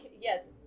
yes